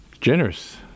Generous